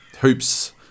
hoops